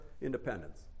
independence